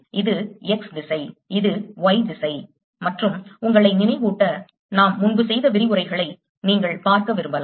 இது X திசை இது Y திசை மற்றும் உங்களை நினைவூட்ட நாம் முன்பு செய்த விரிவுரைகளை நீங்கள் பார்க்க விரும்பலாம்